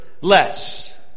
less